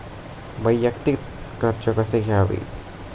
वैयक्तिक कर्ज कसे घ्यावे?